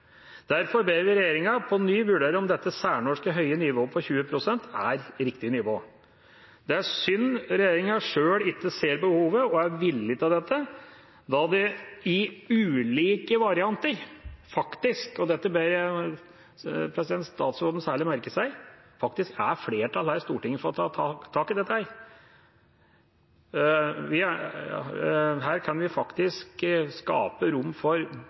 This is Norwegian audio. Derfor ber vi regjeringa på ny vurdere om dette særnorske, høye nivået på 20 pst. er riktig nivå. Det er synd regjeringa sjøl ikke ser behovet og er villig til å vurdere dette, da det i ulike varianter – og dette ber jeg statsråden særlig merke seg – er flertall i Stortinget for å ta tak i dette. Her kan vi faktisk skape rom for